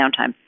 downtime